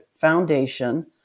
foundation